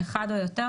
אחד או יותר,